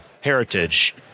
heritage